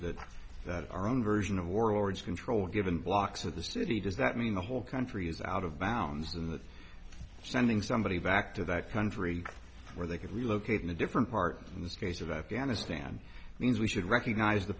d that our own version of warlords control given blocks of the city does that mean the whole country is out of bounds and sending somebody back to that country where they can relocate in a different part in this case of afghanistan means we should recognize the